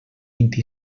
vint